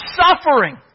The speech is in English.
suffering